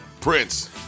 Prince